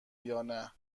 یانه